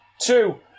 two